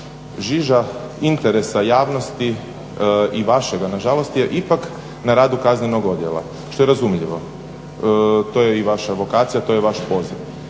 žiža interesa javnosti i vašega nažalost je ipak na radu kaznenog odjela što je razumljivo, to je i vaša vokacija, to je vaš poziv.